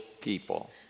people